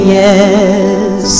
yes